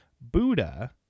buddha